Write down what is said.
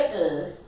what is that